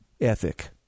ethic